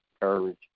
courage